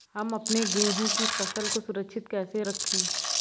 हम अपने गेहूँ की फसल को सुरक्षित कैसे रखें?